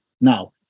Now